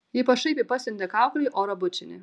ji pašaipiai pasiuntė kaukolei oro bučinį